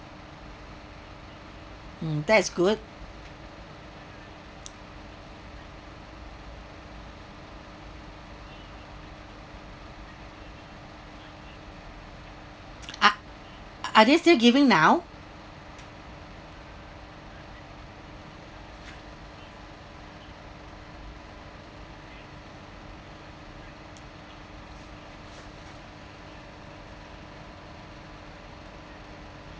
hmm that is good are are they still giving now